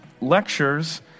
lectures